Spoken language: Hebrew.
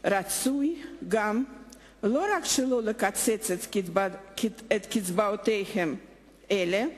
רצוי גם לא רק שלא לקצץ את קצבאותיהם אלא להיפך,